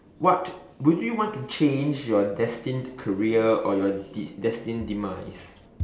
what would you want to change your destined career or your de~ destined demise